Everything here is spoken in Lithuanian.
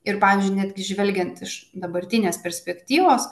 ir pavyzdžiui netgi žvelgiant iš dabartinės perspektyvos